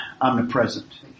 omnipresent